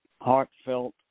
heartfelt